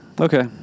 Okay